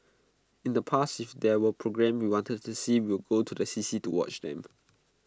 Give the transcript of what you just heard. in the past if there were programmes we wanted to see we would go to the C C to watch them